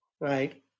right